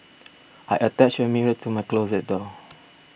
I attached a mirror to my closet door